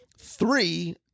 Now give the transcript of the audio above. three